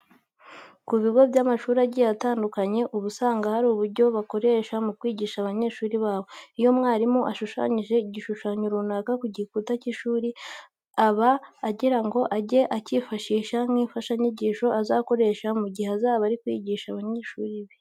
Ku bigo by'amashuri agiye atandukanye uba usanga hari uburyo bakoresha mu kwigisha abanyeshuri babo. Iyo umwarimu ashushanyije n'igishushanyo runaka ku gikuta cy'ishuri, aba agira ngo ajye akifashishe nk'imfashanyigisho azakoresha mu gihe azaba ari kwigisha abanyeshuri be.